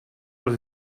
els